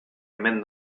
hemen